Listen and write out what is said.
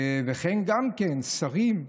וכן שרים,